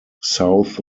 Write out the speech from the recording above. south